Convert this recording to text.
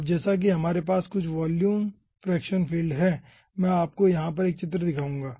अब जैसा कि हमारे पास कुछ वॉल्यूम फ्रेक्शन फील्ड हैं मैं आपको यहाँ पर 1 चित्र दिखाऊंगा